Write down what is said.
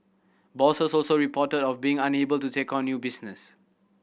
bosses also reported of being unable to take on new business